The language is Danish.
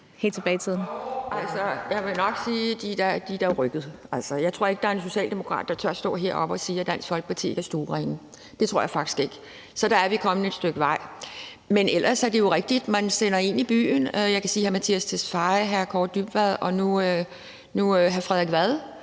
Kjærsgaard (DF): Altså, jeg vil nok sige, at de da er rykket. Jeg tror ikke, at der er en socialdemokrat, der tør stå heroppe og sige, at Dansk Folkeparti ikke er stuerene. Det tror jeg faktisk ikke. Så der er vi kommet et stykke vej. Men ellers er det jo rigtigt, at man sender en i byen – jeg kan nævne hr. Mattias Tesfaye, hr. Kaare Dybvad Bek og nu hr. Frederik Vad,